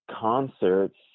concerts